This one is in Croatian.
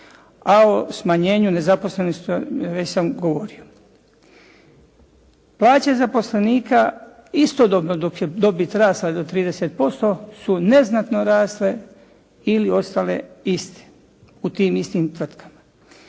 a o smanjenju nezaposlenosti već sam govorio. Plaće zaposlenika istodobno dok je dobit rasla do 30% su neznatno rasle ili ostale iste u tim istim tvrtkama.